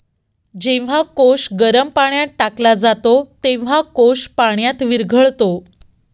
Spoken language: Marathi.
जेव्हा कोश गरम पाण्यात टाकला जातो, तेव्हा कोश पाण्यात विरघळतो